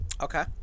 Okay